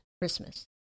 Christmas